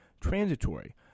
transitory